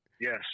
Yes